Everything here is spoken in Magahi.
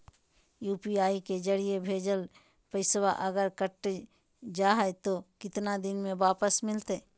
यू.पी.आई के जरिए भजेल पैसा अगर अटक जा है तो कितना दिन में वापस मिलते?